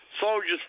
soldier's